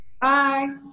bye